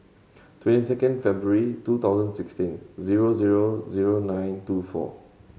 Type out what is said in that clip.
twenty second February two thousand sixteen zero zero zero nine two four